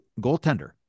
goaltender